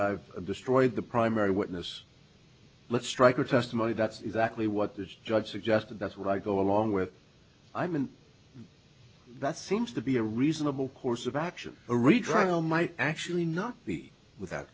destroyed the primary witness let's strike her testimony that's exactly what the judge suggested that's why i go along with i'm an that seems to be a reasonable course of action a retrial might actually not be without